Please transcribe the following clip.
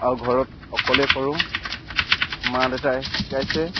আৰু ঘৰত অকলে কৰোঁ মা দেউতাই শিকাইছে